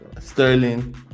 Sterling